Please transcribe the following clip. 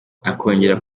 akongera